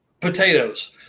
Potatoes